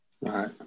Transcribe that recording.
right